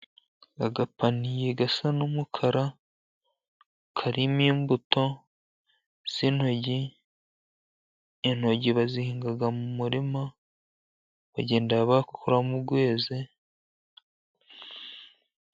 Agapaniye gasa n'umukara, karimo imbuto z'intoryi, intoryi bazihinga mu murima, bagenda bakuramo urweze.